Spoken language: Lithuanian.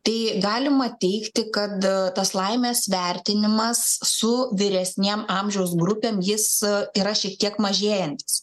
tai galima teigti kad tas laimės vertinimas su vyresniem amžiaus grupėm jis yra šiek tiek mažėjantis